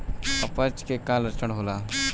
अपच के का लक्षण होला?